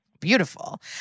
beautiful